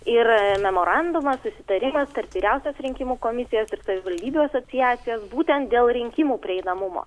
ir memorandumas susitarimas tarp vyriausios rinkimų komisijos ir savivaldybių asociacijos būtent dėl rinkimų prieinamumo